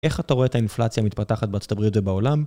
איך אתה רואה את האינפלציה המתפתחת בארה״ב ובעולם?